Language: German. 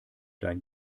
dein